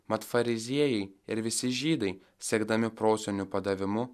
mat fariziejai ir visi žydai sekdami prosenių padavimu